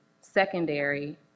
secondary